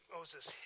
Moses